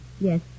Yes